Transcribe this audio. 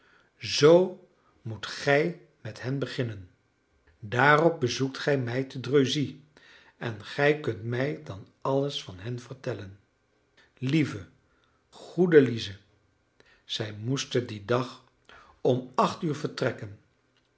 zoo moet gij met hen beginnen daarop bezoekt gij mij te dreuzy en gij kunt mij dan alles van hen vertellen lieve goede lize zij moesten dien dag om acht uur vertrekken